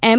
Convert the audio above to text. એમ